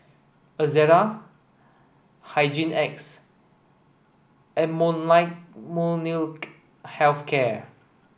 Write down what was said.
Ezerra Hygin X and Molnylcke health care